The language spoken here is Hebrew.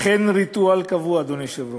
אכן ריטואל קבוע, אדוני היושב-ראש.